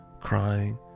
crying